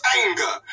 anger